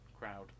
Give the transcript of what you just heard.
crowd